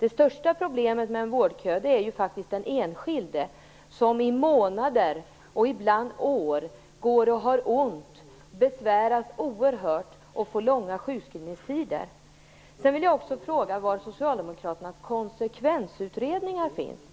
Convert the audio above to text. Det största problemet med en vårdkö är ju faktiskt att den enskilde i månader och ibland år går och har ont, besväras oerhört och får långa sjukskrivningstider. Jag vill också fråga var socialdemokraternas konsekvensutredningar finns.